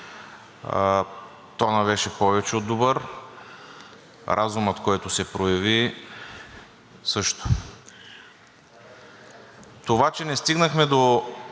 Тонът беше повече от добър. Разумът, който се прояви, също. Това, че не стигнахме до